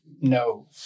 no